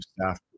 staff